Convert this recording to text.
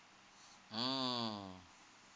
mm